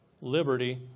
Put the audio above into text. liberty